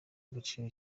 agaciro